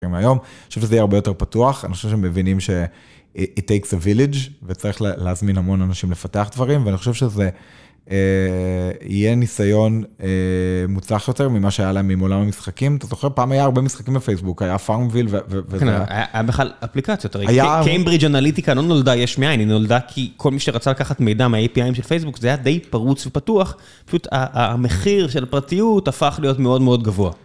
אני חושב שזה יהיה הרבה יותר פתוח, אני חושב שהם מבינים ש- It takes a village וצריך להזמין המון אנשים לפתח דברים ואני חושב שזה יהיה ניסיון מוצלח יותר ממה שהיה להם עם עולם המשחקים, אתה זוכר? פעם היה הרבה משחקים בפייסבוק, היה פארמביל ו... היה בכלל אפליקציות, קיימברידג' אנליטיקה לא נולדה יש מאין, היא נולדה כי כל מי שרצה לקחת מידע מהAPI של פייסבוק זה היה די פרוץ ופתוח, פשוט המחיר של הפרטיות הפך להיות מאוד מאוד גבוה.